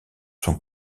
son